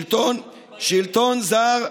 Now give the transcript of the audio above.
שלטון זר,